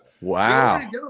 Wow